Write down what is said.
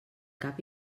cap